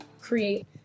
create